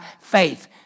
faith